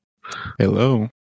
hello